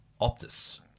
Optus